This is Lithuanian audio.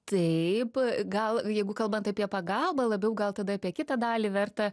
taip gal jeigu kalbant apie pagalbą labiau gal tada apie kitą dalį vertą